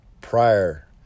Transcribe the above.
prior